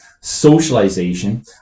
socialization